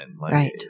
Right